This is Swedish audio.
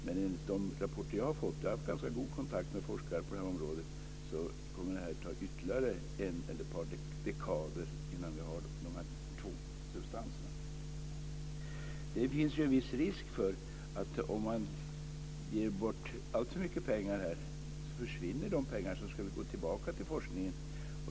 Men enligt de rapporter som jag fått - jag har haft ganska god kontakt med forskare på området - kommer det att ta ytterligare en eller ett par dekader innan vi har de här substanserna. Om man ger bort alltför mycket pengar här finns det en viss risk att de pengar försvinner som skulle gå tillbaka till forskningen.